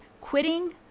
quitting